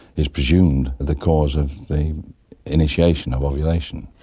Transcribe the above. is presumed the cause of the initiation of ovulation.